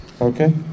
Okay